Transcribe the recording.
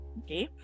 okay